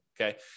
okay